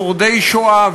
בשורדי שואה,